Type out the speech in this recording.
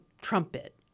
trumpet